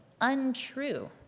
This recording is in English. untrue